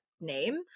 name